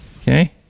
Okay